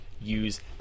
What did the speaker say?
use